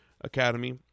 Academy